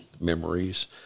memories